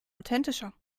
authentischer